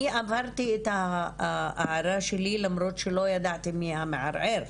אני אמרתי את ההערה שלי על אף שלא ידעתי מי המערער.